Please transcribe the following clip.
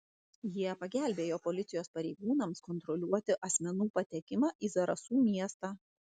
jie pagelbėjo policijos pareigūnams kontroliuoti asmenų patekimą į zarasų miestą